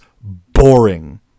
boring